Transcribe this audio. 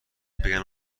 بگن